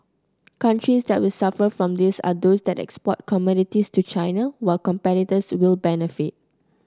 countries that will suffer from this are those that export commodities to China while competitors will benefit